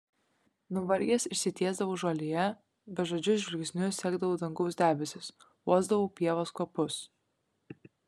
nuvargęs išsitiesdavau žolėje bežadžiu žvilgsniu sekdavau dangaus debesis uosdavau pievos kvapus